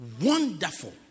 wonderful